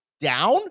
down